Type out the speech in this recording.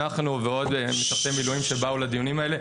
אנחנו ועוד משרתי מילואים שבאו לדיונים האלה,